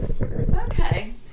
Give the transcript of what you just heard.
Okay